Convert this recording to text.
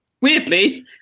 weirdly